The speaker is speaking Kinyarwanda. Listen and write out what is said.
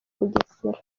bugesera